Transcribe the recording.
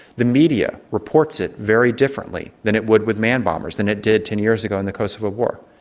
the media reports it very differently than it would with manned bombers, than it did ten years ago in the kosovo war.